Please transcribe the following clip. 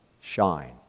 shine